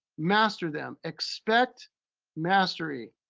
master them. expect mastery.